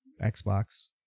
Xbox